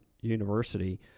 University